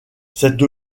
cette